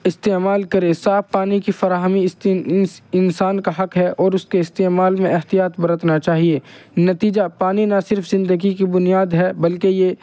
استعمال کرے صاف پانی کی فراہمی انسان کا حق ہے اور اس کے استعمال میں احتیاط برتنا چاہیے نتیجہ پانی نہ صرف زندگی کی بنیاد ہے بلکہ یہ